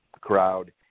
crowd